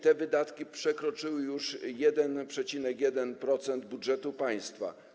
Te wydatki przekroczyły już 1,1% budżetu państwa.